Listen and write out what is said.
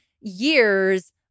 years